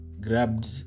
grabbed